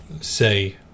say